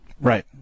Right